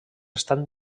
estan